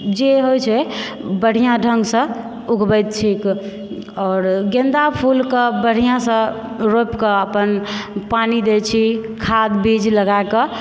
जे होइ छै बढ़िया ढङ्गसँ उगबैत छी गऽ आओर गेन्दा फूल कऽ बढ़िऑंसँ रोपि कऽ अपन पानि दय छी खाद बीज लगा कऽ